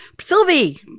Sylvie